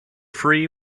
free